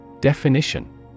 Definition